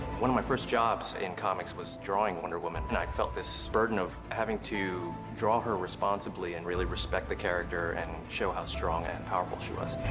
one of my firstjobs in comics was drawing wonder woman, and i felt this burden of having to draw her responsibly and really respect the character and show how strong and powerful was.